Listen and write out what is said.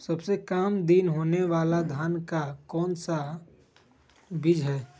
सबसे काम दिन होने वाला धान का कौन सा बीज हैँ?